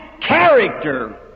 character